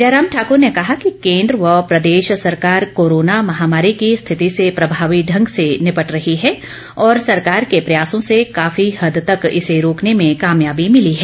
जयराम ठाकर ने कहा कि केन्द्र व प्रदेश सरकार कोरोना महामारी की स्थिति से प्रभावी ढंग से निपट रही है और सरकार के प्रयासों से काफी हद तक इसे रोकने में कामयाबी मिली है